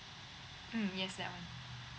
mm yes that one